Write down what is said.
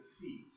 feet